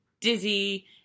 dizzy